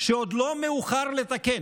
שעוד לא מאוחר לתקן.